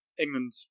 England